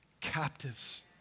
captives